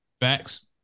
Facts